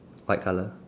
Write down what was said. white colour